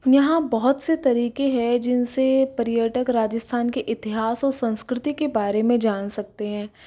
यहाँ बहुत से तरीके हैं जिनसे पर्यटक राजस्थान के इतिहास और संस्कृति के बारे में जान सकते हैं